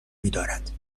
میدارد